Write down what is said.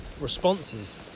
responses